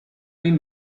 been